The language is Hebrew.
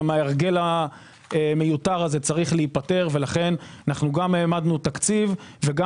ומההרגל המיותר הזה צריך להיפטר ולכן גם העמדנו תקציב וגם